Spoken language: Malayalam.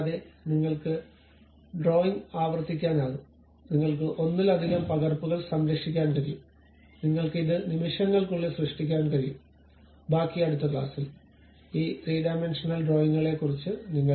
കൂടാതെ നിങ്ങൾക്ക് ഡ്രോയിംഗ് ആവർത്തിക്കാനാകും നിങ്ങൾക്ക് ഒന്നിലധികം പകർപ്പുകൾ സംരക്ഷിക്കാൻ കഴിയും നിങ്ങൾക്ക് ഇത് നിമിഷങ്ങൾക്കുള്ളിൽ സൃഷ്ടിക്കാൻ കഴിയും ബാക്കി അടുത്ത ക്ലാസ്സിൽ ഈ 3 ഡയമെൻഷണൽ ഡ്രോയിംഗുകളെക്കുറിച്ച് 3 dimensional drawings